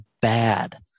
bad